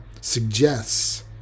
suggests